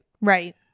Right